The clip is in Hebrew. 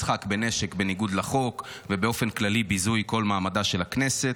משחק בנשק בניגוד לחוק ובאופן כללי ביזוי כל מעמדה של הכנסת.